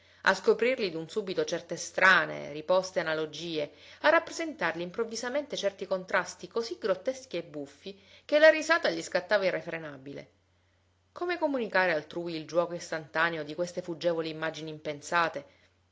a scoprirgli d'un subito certe strane riposte analogie a rappresentargli improvvisamente certi contrasti così grotteschi e buffi che la risata gli scattava irrefrenabile come comunicare altrui il giuoco istantaneo di queste fuggevoli immagini impensate